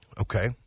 Okay